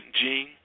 gene